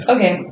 Okay